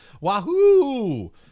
Wahoo